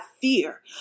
fear